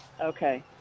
Okay